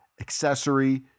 accessory